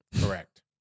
Correct